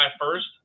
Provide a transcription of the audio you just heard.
first